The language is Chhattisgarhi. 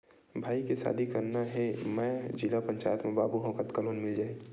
भाई के शादी करना हे मैं जिला पंचायत मा बाबू हाव कतका लोन मिल जाही?